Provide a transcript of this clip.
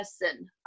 person